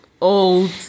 old